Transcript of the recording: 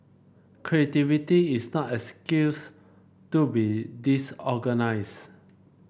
creativity is no excuse to be disorganised